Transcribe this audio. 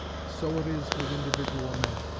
so it is with individual men.